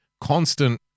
constant